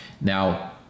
Now